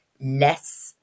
less